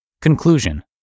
Conclusion